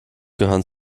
gehören